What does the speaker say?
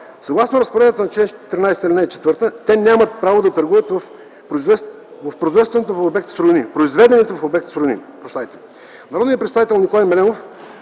Съгласно разпоредбата на чл. 13, ал. 4 те нямат право да търгуват с произведените в обекта суровини. Народният представител Николай Мелемов